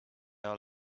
all